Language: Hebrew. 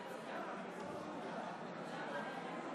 אתה לא אביר קארה, תירגע.